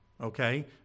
okay